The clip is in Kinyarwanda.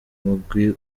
mugwi